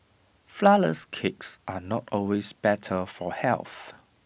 Flourless Cakes are not always better for health